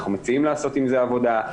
אנחנו מציעים לעשות עם זה עבודה,